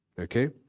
Okay